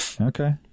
Okay